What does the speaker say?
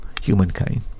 humankind